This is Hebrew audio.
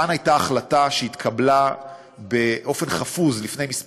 כאן הייתה החלטה שהתקבלה באופן חפוז לפני כמה